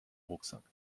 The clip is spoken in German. rucksack